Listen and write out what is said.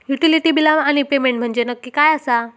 Utility बिला आणि payment म्हंजे नक्की काय आसा?